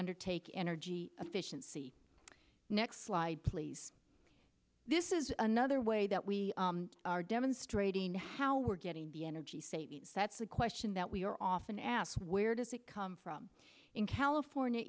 undertake energy efficiency next slide please this is another way that we are demonstrating how we're getting the energy savings that's the question that we are often asked where does it come from in california